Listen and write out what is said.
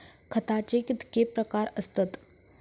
खताचे कितके प्रकार असतत?